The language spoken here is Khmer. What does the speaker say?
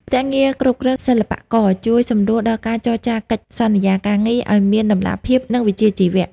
ភ្នាក់ងារគ្រប់គ្រងសិល្បករ ជួយសម្រួលដល់ការចរចាកិច្ចសន្យាការងារឱ្យមានតម្លាភាព និងវិជ្ជាជីវៈ។